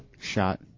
Shot